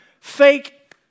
fake